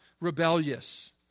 rebellious